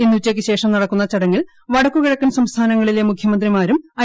ഇന്നു ഉച്ചയ്ക്കുശേഷം നടക്കുന്ന ചടങ്ങിൽ വടക്കുകിഴക്കൻ സംസ്ഥാനങ്ങളിലെ മുഖ്യമന്ത്രിമാരും ഐ